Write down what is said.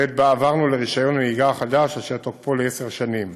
בעת שבה עברנו לרישיון נהיגה חדש אשר תוקפו לעשר שנים.